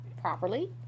properly